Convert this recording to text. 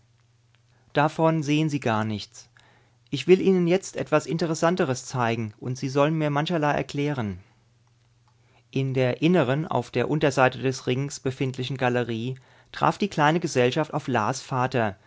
davon sehen sie gar nichts ich will ihnen jetzt etwas interessanteres zeigen und sie sollen mir mancherlei erklären in der inneren auf der unterseite des ringes befindlichen galerie traf die kleine gesellschaft auf las vater